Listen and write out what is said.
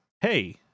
hey